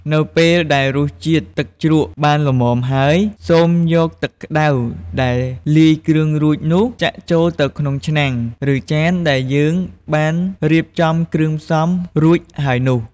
នៅពេលដែលរសជាតិទឹកជ្រក់បានល្មមហើយ សូមយកទឹកក្តៅដែលលាយគ្រឿងរួចនេះ ចាក់ចូលទៅក្នុងឆ្នាំង ឬចានដែលយើងបានរៀបចំគ្រឿងផ្សំរួចហើយនោះ។